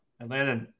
Atlanta